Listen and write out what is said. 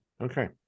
Okay